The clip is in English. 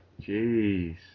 Jeez